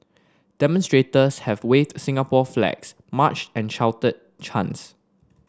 demonstrators have waved Singapore flags marched and shouted chants